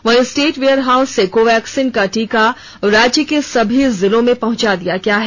वहीं state warehouse से कोवैक्सीन का टीका राज्य के सभी जिलों में पहुंचा दिया गया है